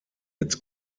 its